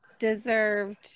deserved